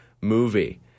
movie